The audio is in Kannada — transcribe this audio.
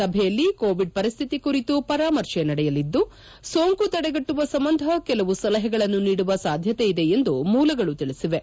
ಸಭೆಯಲ್ಲಿ ಕೋವಿಡ್ ಪರಿಸ್ಟಿತಿ ಕುರಿತು ಪರಾಮರ್ಶೆ ನಡೆಯಲಿದ್ದು ಸೋಂಕು ತಡೆಗಟ್ಟುವ ಸಂಬಂಧ ಕೆಲವು ಸಲಹೆಗಳನ್ನು ನೀಡುವ ಸಾಧ್ಯತೆ ಇದೆ ಎಂದು ಮೂಲಗಳು ತಿಳಿಸಿವೆ